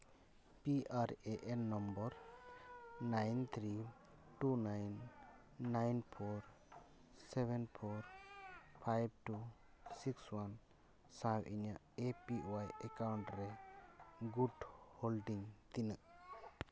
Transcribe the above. P R A N number nine three two nine nine four seven four five two six one ᱥᱟᱶ ᱤᱧᱟᱹᱜ A P Y account ᱨᱮ ᱜᱩᱴ holding ᱛᱤᱱᱟᱹᱜ